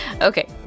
Okay